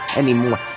anymore